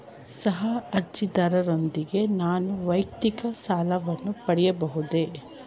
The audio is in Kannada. ಸಹ ಅರ್ಜಿದಾರರೊಂದಿಗೆ ನಾನು ವೈಯಕ್ತಿಕ ಸಾಲವನ್ನು ಪಡೆಯಬಹುದೇ?